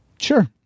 Sure